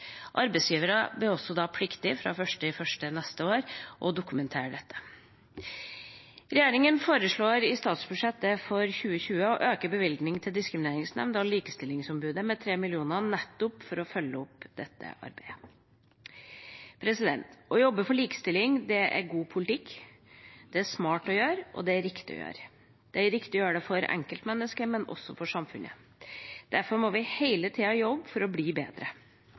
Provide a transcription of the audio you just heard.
Arbeidsgivere blir også fra 1. januar neste år pliktige til å dokumentere dette. Regjeringa foreslår i statsbudsjettet for 2020 å øke bevilgningene til Diskrimineringsnemnda og Likestillingsombudet med 3 mill. kr, nettopp for å følge opp dette arbeidet. Å jobbe for likestilling er god politikk. Det er smart å gjøre, og det er riktig å gjøre. Det er riktig å gjøre det for enkeltmennesket, men også for samfunnet. Derfor må vi hele tida jobbe for å bli bedre.